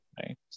right